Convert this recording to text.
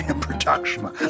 production